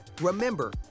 remember